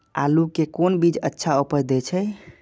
आलू के कोन बीज अच्छा उपज दे छे?